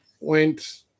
went